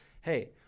hey